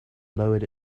lowered